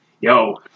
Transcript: Yo